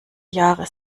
jahre